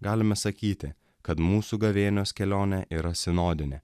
galime sakyti kad mūsų gavėnios kelionė yra sinodinė